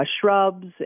shrubs